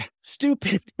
stupid